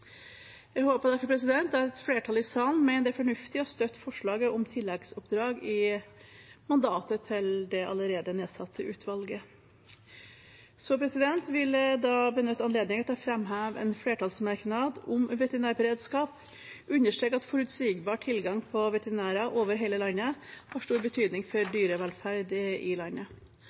Jeg håper derfor at flertallet i salen mener det er fornuftig å støtte forslaget om tilleggsoppdrag i mandatet til det allerede nedsatte utvalget. Så vil jeg benytte anledningen til å framheve en flertallsmerknad om veterinærberedskap, der man understreker at forutsigbar tilgang på veterinærer over hele landet har stor betydning for dyrevelferd i landet.